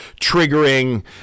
triggering